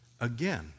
Again